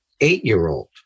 eight-year-old